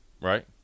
right